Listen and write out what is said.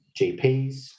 GPs